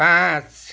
पाँच